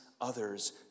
others